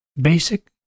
basic